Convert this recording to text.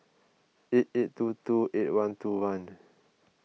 eight eight two two eight one two one